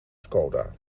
skoda